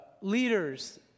Leaders